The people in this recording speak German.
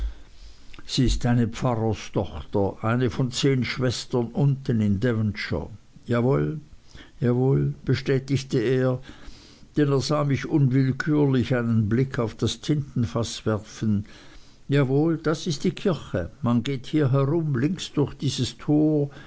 sie ist eine pfarrerstochter eine von zehn schwestern unten in devonshire jawohl jawohl bestätigte er denn er sah mich unwillkürlich einen blick auf das tintenfaß werfen jawohl das ist die kirche man geht hier herum links durch dieses tor